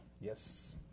yes